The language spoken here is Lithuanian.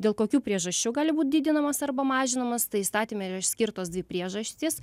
dėl kokių priežasčių gali būti didinamas arba mažinamas tai įstatyme išskirtos dvi priežastys